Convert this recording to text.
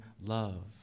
love